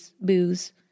booze